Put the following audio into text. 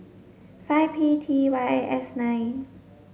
five P T Y S nine